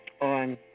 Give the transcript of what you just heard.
On